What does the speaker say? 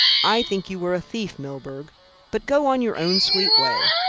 i think you were a thief, milburgh but go on your own sweet way.